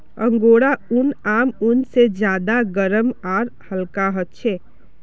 angora ऊन आम ऊन से ज्यादा गर्म आर हल्का ह छे